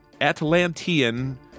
Atlantean